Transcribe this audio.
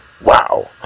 wow